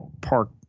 Park